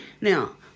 Now